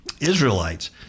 Israelites